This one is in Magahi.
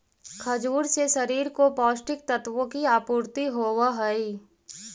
खजूर से शरीर को पौष्टिक तत्वों की आपूर्ति होवअ हई